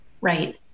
right